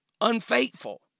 unfaithful